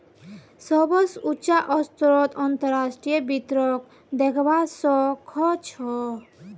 सबस उचा स्तरत अंतर्राष्ट्रीय वित्तक दखवा स ख छ